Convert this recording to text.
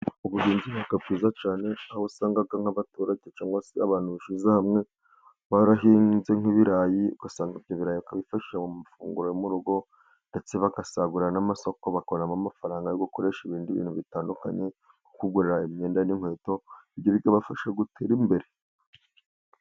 ubuhinzi buba bwiza cyane, aho usanga nk'abaturage cyangwa se abantu bishize hamwe barahinze nk'ibirayi. Usanga ibyo birayi bikabafasha mu mafunguro yo mu rugo, ndetse bagasagurira n'amasoko, bakuramo amafaranga yo gukoresha ibindi bintu bitandukanye, nko kwigurira imyenda n'inkweto, ibyo bikabafasha gutera imbere.